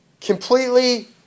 completely